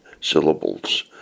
syllables